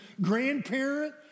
grandparent